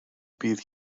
bydd